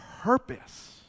purpose